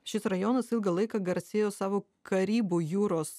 šis rajonas ilgą laiką garsėjo savo karibų jūros